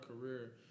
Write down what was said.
career